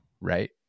Right